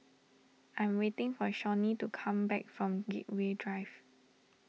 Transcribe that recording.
I'm waiting for Shawnee to come back from Gateway Drive